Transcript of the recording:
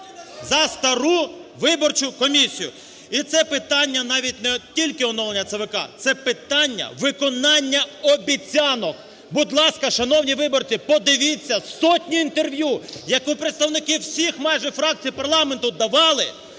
За стару виборчу комісію! І це питання навіть не тільки оновлення ЦВК – це питання виконання обіцянок. Будь ласка, шановні виборці, подивіться, сотні інтерв'ю, які представники всіх майже фракцій парламенту давали,